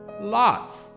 Lots